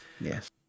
Yes